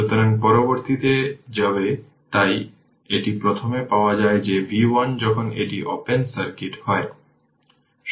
সুতরাং পরবর্তীতে যাবে তাই এটি প্রথম পাওয়া যায় যে v 1 যখন এটি ওপেন সার্কিট হয়